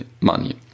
money